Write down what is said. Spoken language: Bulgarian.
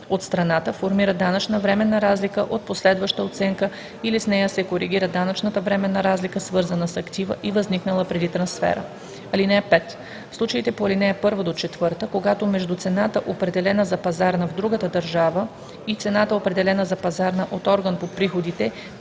от страната формира данъчна временна разлика от последваща оценка или с нея се коригира данъчната временна разлика, свързана с актива и възникнала преди трансфера. (5) В случаите по ал. 1 – 4, когато между цената, определена за пазарна в другата държава, и цената, определена за пазарна от орган по приходите,